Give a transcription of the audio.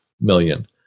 Million